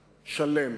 שלם.